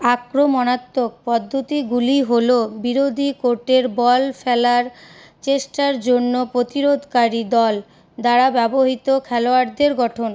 আক্রমণাত্মক পদ্ধতিগুলি হলো বিরোধী কোর্টের বল ফেলার চেষ্টার জন্য প্রতিরোধকারী দল দ্বারা ব্যবহৃত খেলোয়াড়দের গঠন